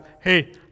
hey